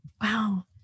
Wow